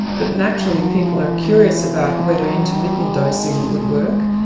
but naturally people are curious about whether intermittent dosing would work,